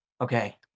Okay